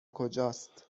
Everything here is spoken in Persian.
کجاست